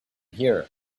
here